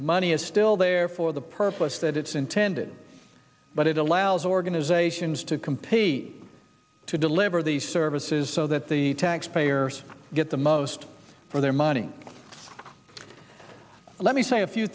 money is still there for the purpose that it's intended but it allows organizations to compete to deliver the services so that the taxpayers get the most for their money let me say a few